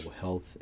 health